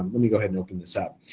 let me go ahead and open this up.